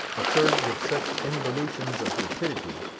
occurred with such involutions of rapidity,